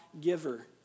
giver